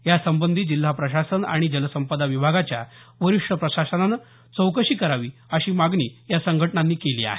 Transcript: या संबंधी जिल्हा प्रशासन आणि जलसंपदा विभागाच्या वरिष्ठ प्रशासनानं चौकशी करावी अशी मागणी संघटनेनं केली आहे